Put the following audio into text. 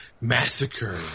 Massacre